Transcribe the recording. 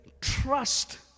trust